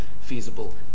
feasible